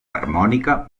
harmònica